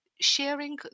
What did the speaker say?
sharing